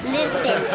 Listen